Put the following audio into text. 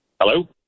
Hello